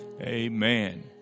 Amen